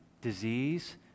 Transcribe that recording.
disease